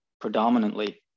predominantly